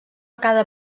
cada